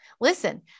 Listen